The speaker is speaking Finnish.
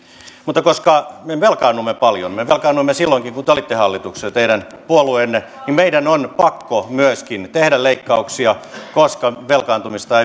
mutta koska me velkaannumme paljon ja me velkaannuimme silloinkin kun teidän puolueenne oli hallituksessa meidän on pakko myöskin tehdä leikkauksia koska velkaantumista